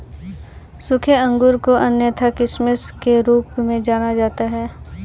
सूखे अंगूर को अन्यथा किशमिश के रूप में जाना जाता है